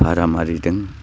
भारा मारिदों